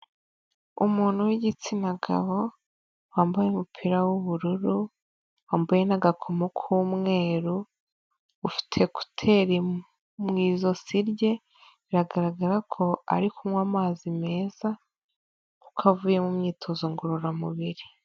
Umuntu w'igitsina gabo wambaye umupira w'ubururu, wambaye n'agakomo k'umweru ufite kuteri mu ijosi rye biragaragara ko ari kunywa amazi meza kuko avuye mu myitozo ngororamubiri.